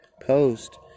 post